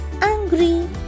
angry